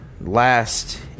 last